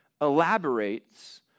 elaborates